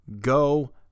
Go